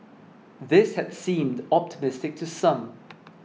this had seemed optimistic to some